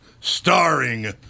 starring